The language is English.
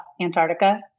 Antarctica